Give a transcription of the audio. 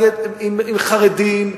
עם חרדים,